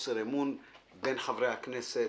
חוסר אמון בין חברי הכנסת,